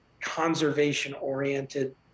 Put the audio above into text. conservation-oriented